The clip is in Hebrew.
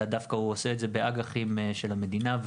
אלא הוא עושה את זה דווקא באג"חים של המדינה,